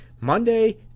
Monday